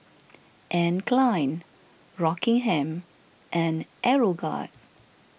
Anne Klein Rockingham and Aeroguard